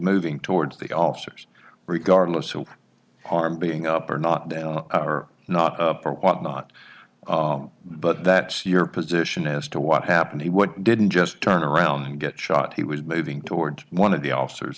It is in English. moving towards the officers regardless who are being up or not down or not or what not but that's your position as to what happened what didn't just turn around and get shot he was moving toward one of the officers